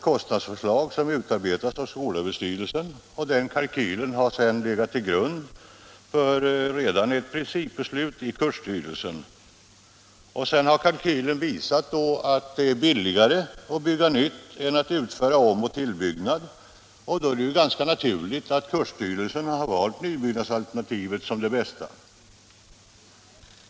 Kostnadsförslag har utarbetats av skolöverstyrelsen, och den kalkylen har sedan legat till grund för ett principbeslut i kursstyrelsen. När kalkylen har visat att det ställer sig billigare att bygga nytt än att utföra omoch tillbyggnad, är det ganska naturligt att kursstyrelsen har valt nybyggnadsalternativet såsom det bästa.